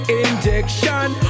injection